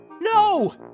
No